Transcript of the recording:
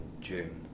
June